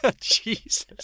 Jesus